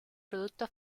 producto